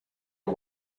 and